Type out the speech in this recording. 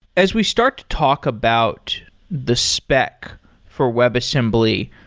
as we start to talk about the spec for webassembly,